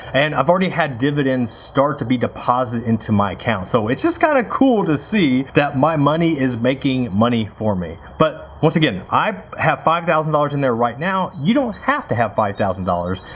and i've already had dividends start to be deposited into my account so it's just kinda cool to see that my money is making money for me, but once again, i have five thousand dollars in there right now, you don't have to have five thousand dollars,